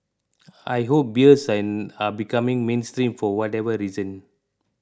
I hope beards are becoming mainstream for whatever reason